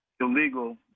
illegal